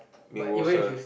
it was a